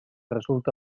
resulta